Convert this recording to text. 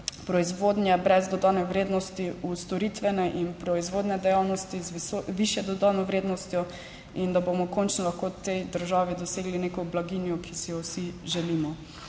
proizvodnje brez dodane vrednosti v storitvene in proizvodne dejavnosti z višjo dodano vrednostjo in da bomo končno lahko v tej državi dosegli neko blaginjo, ki si jo vsi želimo.